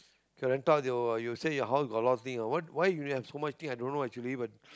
can rent out your you say your house got a lot of things ah what why you have so much things i don't know actually but